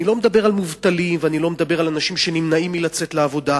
אני לא מדבר על מובטלים ואני לא מדבר על אנשים שנמנעים מלצאת לעבודה,